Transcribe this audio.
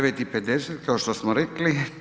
9,50 kao što smo rekli.